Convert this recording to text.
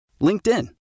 LinkedIn